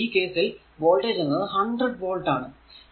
പിന്നെ ഈ കേസിൽ വോൾടേജ് എന്നത് 100 വോൾട് ആണ്